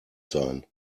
sein